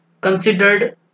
considered